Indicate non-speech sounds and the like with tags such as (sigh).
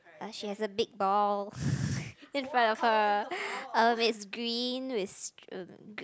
but she has a big ball (breath) in front of her um it's green with st~ um